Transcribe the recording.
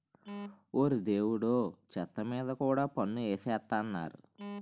ఓరి దేవుడో చెత్త మీద కూడా పన్ను ఎసేత్తన్నారు